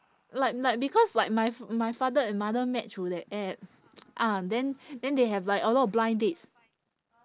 like like because like my f~ my father and mother met through that app ah then then they have like a lot of blind dates